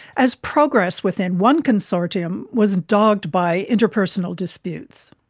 as progress within one consortium was dogged by interpersonal disputes.